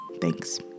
thanks